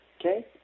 okay